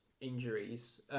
injuries